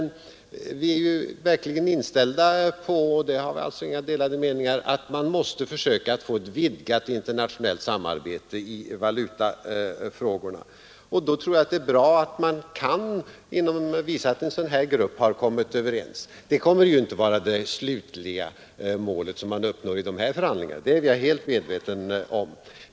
Vi är ju verkligen inställda på — där har vi alltså inga delade meningar — att man måste försöka att få ett vidgat internationellt samarbete i valutafrågorna. Då tror jag att det är bra att man kan visa på att en sådan här grupp har kommit överens. Det kommer ju inte att vara det slutliga målet som man uppnår i de här förhandlingarna. Det är jag helt medveten om.